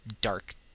dark